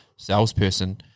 salesperson